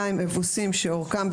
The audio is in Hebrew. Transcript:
אבוסים שאורכם,